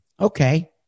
Okay